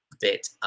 bit